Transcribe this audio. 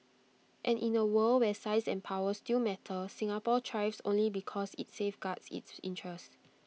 and in A world where size and power still matter Singapore thrives only because IT safeguards its interests